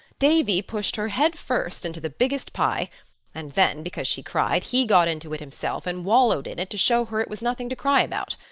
davy pushed her headfirst into the biggest pie and then, because she cried, he got into it himself and wallowed in it to show her it was nothing to cry about.